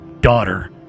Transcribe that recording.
daughter